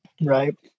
Right